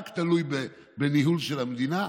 תלוי רק בניהול המדינה,